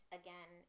again